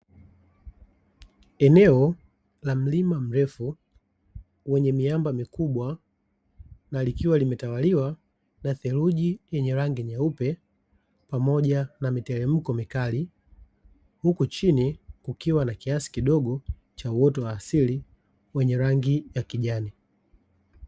Eneo la mlima mrefu wenye miamba mikubwa na likiwa limetawaliwa na theluji yenye rangi nyeupe pamoja na miteremko mikali, huku chini kukiwa na kiasi kidogo cha uoto wa asili wenye rangi ya kijani .